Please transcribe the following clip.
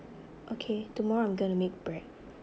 okay tomorrow I'm gonna make bread